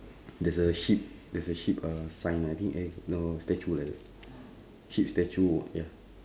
there's a sheep there's a sheep uh sign I think eh no statue like that sheep statue ya